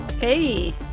Hey